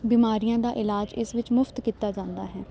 ਬਿਮਾਰੀਆਂ ਦਾ ਇਲਾਜ ਇਸ ਵਿੱਚ ਮੁਫ਼ਤ ਕੀਤਾ ਜਾਂਦਾ ਹੈ